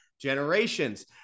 generations